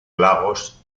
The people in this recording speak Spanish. lagos